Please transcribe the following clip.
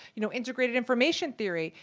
you know, integrated information theory.